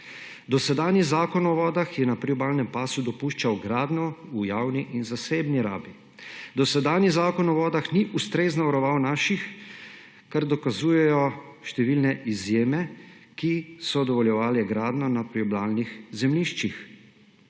dosedanji Zakon o vodah je na priobalnem pasu dopuščal gradnjo v javni in zasebni rabi; dosedanji Zakon o vodah ni ustrezno varoval naših, kar dokazujejo številne izjeme, ki so dovoljevale gradnjo na zemljiščih;